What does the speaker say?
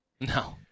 No